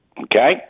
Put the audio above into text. Okay